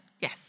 Yes